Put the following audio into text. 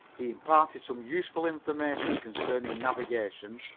he imparted some useful information concerning navigation,